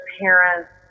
parents